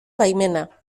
baimena